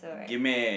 gimme